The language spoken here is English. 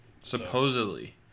Supposedly